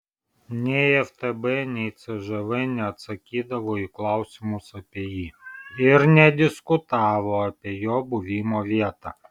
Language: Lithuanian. nei ftb nei cžv neatsakydavo į klausimus apie jį ir nediskutavo apie jo buvimo vietą